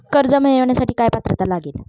कर्ज मिळवण्यासाठी काय पात्रता लागेल?